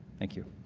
thank you.